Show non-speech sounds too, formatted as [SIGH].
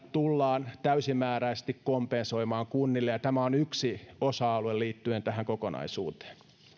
[UNINTELLIGIBLE] tullaan täysimääräisesti kompensoimaan kunnille tämä on yksi osa alue liittyen tähän kokonaisuuteen